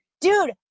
dude